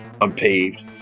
unpaved